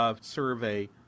survey